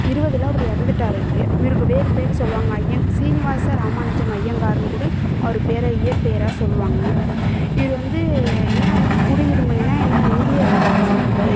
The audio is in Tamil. இருபதுல அவர் இறந்துட்டாரு அப்பையே இவருக்கு வேறு பேர் சொல்லுவாங்க அய்யன் சீனிவாச ராமானுஜம் ஐயங்காருன்னு கூடே அவரு பேராக இயற்பெயராக சொல்லுவாங்க இவர் வந்து என்ன ஆகுதுன்னா குடியுரிமைன்னா என்ன இந்தியராக இருப்பார் அப்போ